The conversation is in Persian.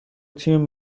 تیم